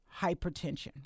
hypertension